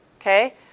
okay